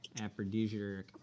Aphrodisiac